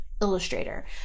illustrator